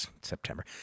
September